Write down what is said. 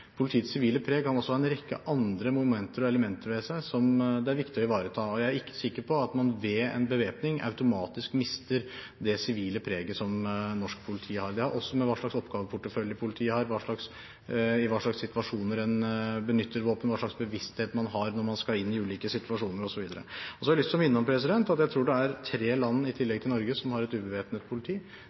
Politiets sivile preg kan også ha en rekke andre momenter og elementer ved seg som det er viktig å ivareta. Jeg er ikke sikker på at man ved en bevæpning automatisk mister det sivile preget som norsk politi har. Det har også med hva slags oppgaveportefølje politiet har, i hva slags situasjoner man benytter våpen, hva slags bevissthet man har når man skal inn i ulike situasjoner osv. Så har jeg lyst til å minne om at jeg tror det er tre land, i tillegg til Norge, som har et ubevæpnet politi,